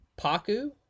Paku